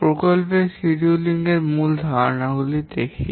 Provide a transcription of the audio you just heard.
প্রকল্পের সিডিউলএর মূল ধারণাগুলি দেখি